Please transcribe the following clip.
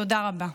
תודה רבה.